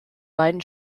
beiden